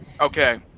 okay